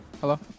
Hello